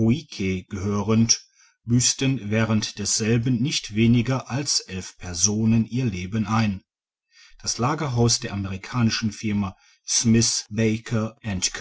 gehörend büssten während desselben nicht weniger als elf personen ihr leben ein das lagerhaus der amerikanischen firma